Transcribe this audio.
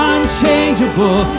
Unchangeable